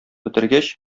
бетергәч